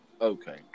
Okay